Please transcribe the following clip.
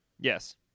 Yes